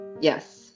Yes